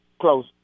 close